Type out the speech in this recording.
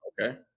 okay